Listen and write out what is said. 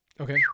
Okay